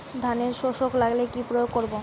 ধানের শোষক লাগলে কি প্রয়োগ করব?